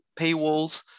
paywalls